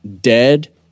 dead